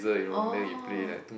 oh